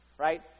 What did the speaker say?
Right